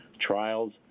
trials